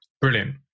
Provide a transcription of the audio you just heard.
brilliant